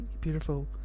Beautiful